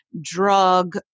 drug